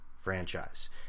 franchise